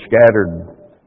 scattered